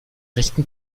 rechten